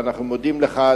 ואנחנו מודים לך,